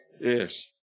Yes